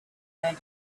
going